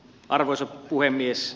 arvoisa puhemies